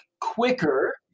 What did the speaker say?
quicker